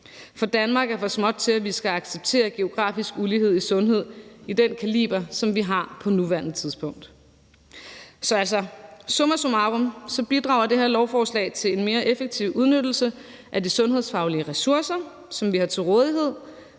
For Danmark er for lille til, at vi skal acceptere geografisk ulighed i sundhed af den kaliber, som vi har på nuværende tidspunkt. Summa summarum bidrager det her lovforslag til en mere effektiv udnyttelse af de sundhedsfaglige ressourcer, som vi har til rådighed,